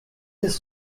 aussi